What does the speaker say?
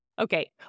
Okay